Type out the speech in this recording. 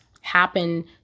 happen